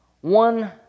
one